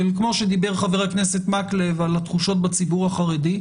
כמו שדיבר חבר הכנסת מקלב על התחושות בציבור החרדי,